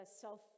self